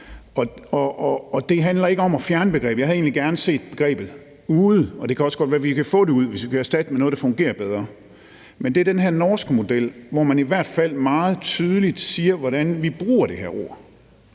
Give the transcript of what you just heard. det handler ikke om at fjerne begrebet. Jeg havde egentlig gerne set begrebet ude, og det kan også godt være, at vi kan få det ud, hvis vi kan erstatte det med noget, der fungerer bedre. Men det er den her norske model, hvor man i hvert fald meget tydeligt siger, hvordan man bruger det her ord